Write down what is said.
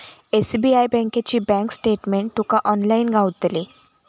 SBI बँकेची bank statement तुका online गावतली